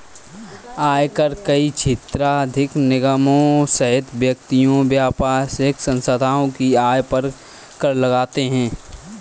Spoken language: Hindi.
आयकर कई क्षेत्राधिकार निगमों सहित व्यक्तियों, व्यावसायिक संस्थाओं की आय पर कर लगाते हैं